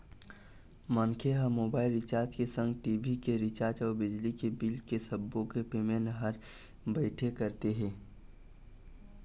मनखे ह mobile recharge के संग टी.भी के रिचार्ज अउ बिजली के बिल ऐ सब्बो के पेमेंट घर बइठे करत हे